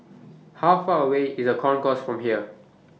How Far away IS The Concourse from here